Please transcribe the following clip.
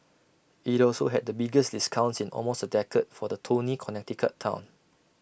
IT also had the biggest discounts in almost A decade for the Tony Connecticut Town